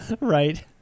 Right